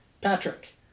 Patrick